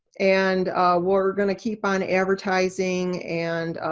and we're gonna keep on advertising, and